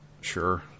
Sure